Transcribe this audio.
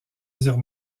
dire